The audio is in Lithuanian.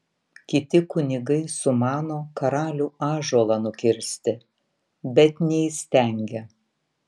kiti kunigai sumano karalių ąžuolą nukirsti bet neįstengia